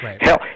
Hell